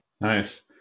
Nice